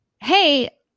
hey